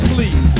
Please